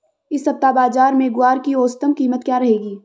इस सप्ताह बाज़ार में ग्वार की औसतन कीमत क्या रहेगी?